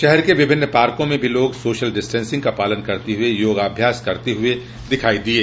शहर के विभिन्न पार्को में भी लोग सोशल डिस्टेंसिंग का पालन करते हुए योगाभ्यास करते दिखायी दिये